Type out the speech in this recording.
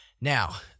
Now